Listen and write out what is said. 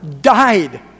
died